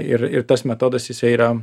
ir ir tas metodas jisai yra